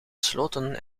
sloten